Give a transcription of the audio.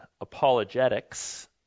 apologetics